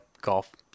golf